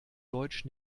deutsch